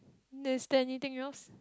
is there anything else